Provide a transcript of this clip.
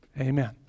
amen